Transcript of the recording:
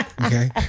Okay